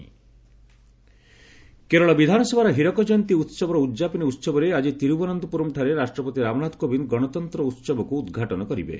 ପ୍ରେଜ୍ କେରଳ କେରଳ ବିଧାନସଭାର ହୀରକ ଜୟନ୍ତୀ ଉସବର ଉଦ୍ଯାପନୀ ଉସବରେ ଆକି ତିରୁବନନ୍ତପୁରମ୍ଠାରେ ରାଷ୍ଟ୍ରପତି ରାମନାଥ କୋବିନ୍ଦ ଗଣତନ୍ତ୍ର ଉହବକୁ ଉଦ୍ଘାଟନ କରିବେ